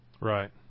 Right